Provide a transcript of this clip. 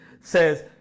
says